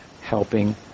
helping